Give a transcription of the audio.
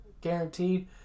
guaranteed